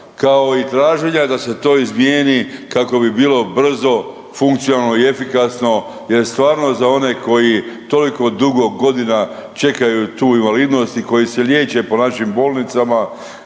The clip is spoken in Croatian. kao i traženja da se to izmjeni kako bi bilo brzo, funkcionalno i efikasno jer stvarno za one koji toliko dugo godina čekaju tu invalidnost i koji se liječe po našim bolnicama